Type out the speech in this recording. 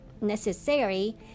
necessary